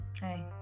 hey